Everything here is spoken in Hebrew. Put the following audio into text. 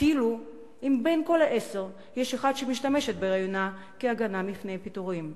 אפילו אם בין כל עשר יש אחת שמשתמשת בהריונה כהגנה מפני פיטורים.